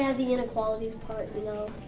yeah the inequalities part, you know.